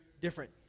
different